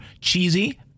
cheesy